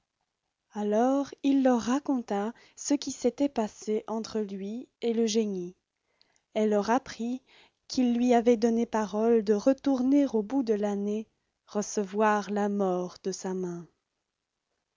alors il leur raconta ce qui s'était passé entre lui et le génie et leur apprit qu'il lui avait donné parole de retourner au bout de l'année recevoir la mort de sa main